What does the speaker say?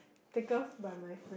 tickled by my friend